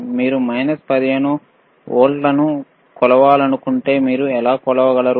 మీరు మైనస్ 15 వోల్ట్లను కొలవాలనుకుంటే మీరు ఎలా కొలవగలరు